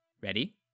ready